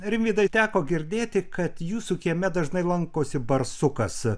rimvydai teko girdėti kad jūsų kieme dažnai lankosi barsukas